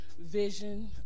vision